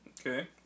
Okay